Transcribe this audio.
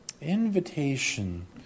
Invitation